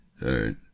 right